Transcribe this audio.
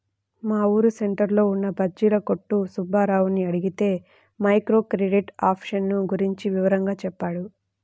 మా ఊరు సెంటర్లో ఉన్న బజ్జీల కొట్టు సుబ్బారావుని అడిగితే మైక్రో క్రెడిట్ ఆప్షన్ గురించి వివరంగా చెప్పాడు